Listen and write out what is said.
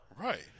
Right